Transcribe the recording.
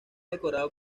decorado